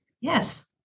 Yes